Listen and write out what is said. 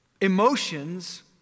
emotions